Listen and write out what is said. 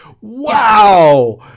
wow